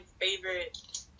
favorite